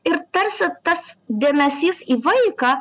ir tarsi tas dėmesys į vaiką